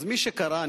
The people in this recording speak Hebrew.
מי שקרא,